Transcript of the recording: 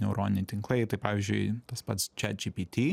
neuroniniai tinklai tai pavyzdžiui tas pats chatgpt